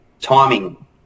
timing